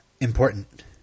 important